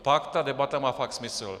Pak ta debata má fakt smysl.